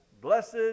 blessed